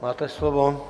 Máte slovo.